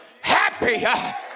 happy